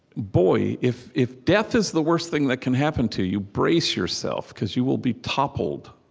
boy, if if death is the worst thing that can happen to you, brace yourself, because you will be toppled.